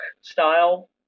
style